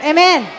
Amen